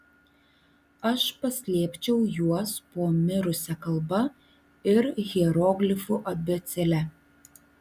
aš paslėpčiau juos po mirusia kalba ir hieroglifų abėcėle